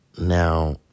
Now